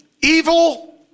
evil